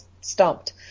stumped